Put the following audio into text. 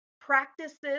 Practices